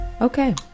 okay